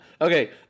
Okay